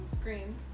scream